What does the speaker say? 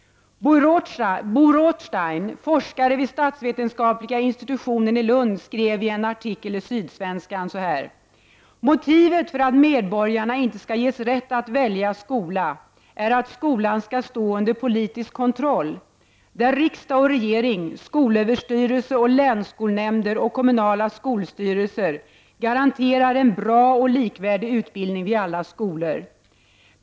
Bo Rothstein, forskare vid statsvetenskapliga institutionen i Lund, skrev i en artikel i Sydsvenskan: ”Motivet för att medborgarna inte ska ges rätt att välja skola är att skolan ska stå under politisk kontroll, där riksdag och regering, skolöverstyrelse och länsskolnämnder och kommunala skolstyrelser garanterar en bra och likvärdig utbildning vid alla skolor.